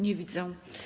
Nie widzę.